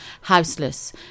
houseless